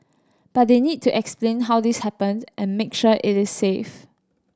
but they need to explain how this happened and make sure it is safe